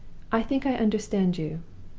i think i understand you,